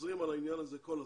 חוזרים על העניין הזה כל הזמן,